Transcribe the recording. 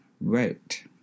wrote